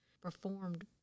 performed